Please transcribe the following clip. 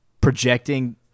projecting